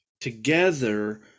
together